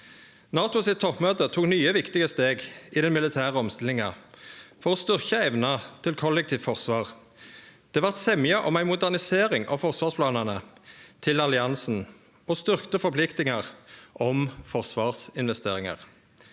NATOs toppmøte tok nye viktige steg i den militære omstillinga for å styrkje evna til kollektivt forsvar. Det vart semje om ei modernisering av forsvarsplanane til alliansen og styrkte forpliktingar om forsvarsinvesteringar.